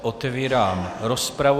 Otevírám rozpravu.